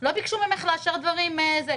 לא ביקשו ממך לאשר דברים לתמיד.